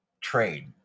trade